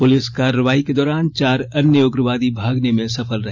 police कार्रवाई के दौरान चार अन्य उग्रवादी भागने में सफल रहे